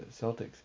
Celtics